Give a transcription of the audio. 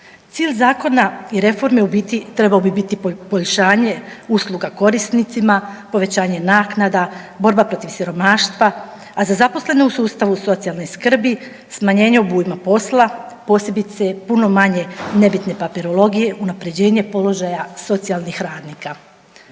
Cilj zakona i reforme u biti trebao bi biti poboljšanje usluga korisnicima, povećanje naknada, borba protiv siromaštva, a za zaposlene u sustavu socijalne skrbi smanjenje obujma posla, posebice puno manje nebitne papirologije, unaprjeđenje položaja socijalnih radnika.